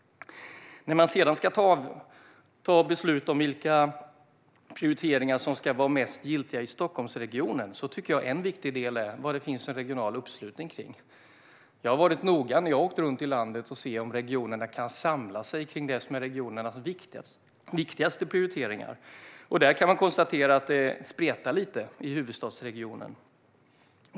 När man sedan ska fatta beslut om vilka prioriteringar som ska vara mest giltiga i Stockholmsregionen tycker jag en viktig del är vad det finns regional uppslutning kring. Jag har varit noga när jag har åkt runt i landet med att se om regionerna kan samla sig kring det som är deras viktigaste prioriteringar. Där kan man konstatera att det spretar lite i huvudstadsregionen.